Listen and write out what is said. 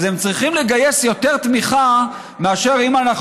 אז הם צריכים לגייס יותר תמיכה מאשר אם אנחנו